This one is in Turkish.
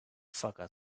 fakat